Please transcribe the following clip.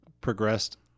progressed